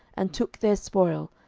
and took their spoil,